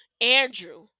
Andrew